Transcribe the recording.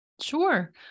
Sure